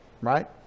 right